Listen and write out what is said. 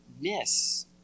miss